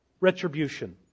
retribution